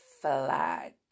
flag